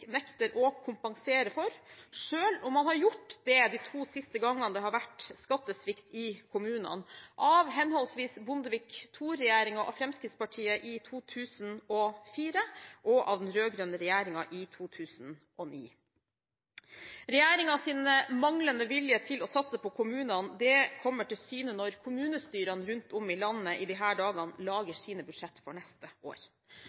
nekter å kompensere for, selv om man har gjort det de to siste gangene det har vært skattesvikt i kommunene, av henholdsvis Bondevik II-regjeringen og Fremskrittspartiet i 2004 og av den rød-grønne regjeringen i 2009. Regjeringens manglende vilje til å satse på kommunene kommer til syne når kommunestyrene rundt om i landet i disse dager lager sine budsjett for neste år. Her